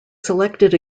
selected